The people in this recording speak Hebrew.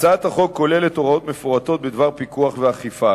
בהצעת החוק נכללות הוראות מפורטות בדבר פיקוח ואכיפה,